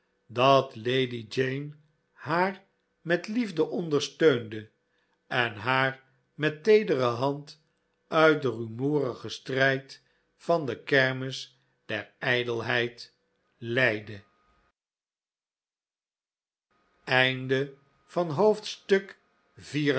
dat lady jane haar met liefde ondersteunde en haar met teedere hand uit den rumoerigen strijd van de kermis der ijdelheid leidde o